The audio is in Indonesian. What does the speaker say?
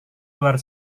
luar